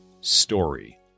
story